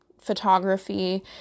photography